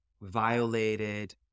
violated